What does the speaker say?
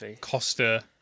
Costa